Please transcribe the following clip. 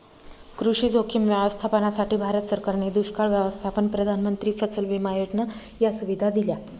कृषी जोखीम व्यवस्थापनासाठी, भारत सरकारने दुष्काळ व्यवस्थापन, प्रधानमंत्री फसल विमा योजना या सुविधा दिल्या